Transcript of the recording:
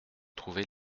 trouver